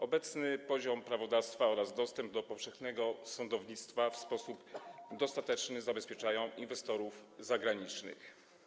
Obecny poziom prawodawstwa oraz dostęp do powszechnego sądownictwa w sposób dostateczny zabezpieczają inwestorów zagranicznych.